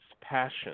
passion